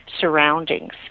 surroundings